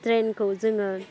ट्रेनखौ जोङो